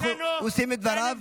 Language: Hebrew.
הוא סיים את דבריו.